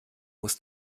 muss